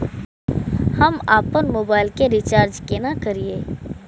हम आपन मोबाइल के रिचार्ज केना करिए?